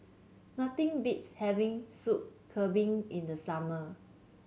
nothing beats having Soup Kambing in the summer